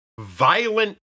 violent